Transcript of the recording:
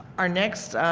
our next